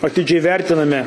atidžiai vertiname